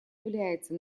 является